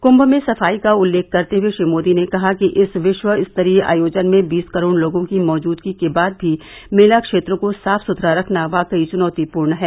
कुम्म में सफाई का उल्लेख करते हुए श्री मोदी ने कहा कि इस विश्व स्तरीय आयोजन में बीस करोड़ लोगों की मौजूदगी के बाद भी मेला क्षेत्र को साफ सुथरा रखना वाकई चुनौतीपूर्ण है